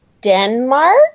Denmark